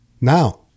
Now